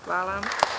Hvala.